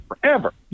forever